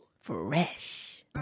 fresh